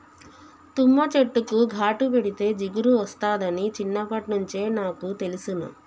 తుమ్మ చెట్టుకు ఘాటు పెడితే జిగురు ఒస్తాదని చిన్నప్పట్నుంచే నాకు తెలుసును